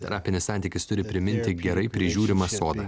terapinis santykis turi priminti gerai prižiūrimą sodą